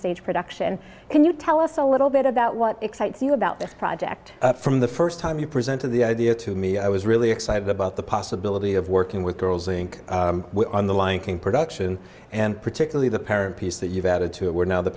stage production can you tell us a little bit about what excites you about this project from the first time you presented the idea to me i was really excited about the possibility of working with girls inc and the lion king production and particularly the parent piece that you've added to it were now the